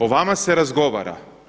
O vama se razgovara.